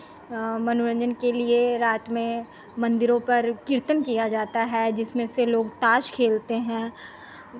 मनोरंजन के लिये रात में मंदिरों पर कीर्तन किया जाता है जिसमें से लोग ताश खेलते हैं